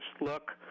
look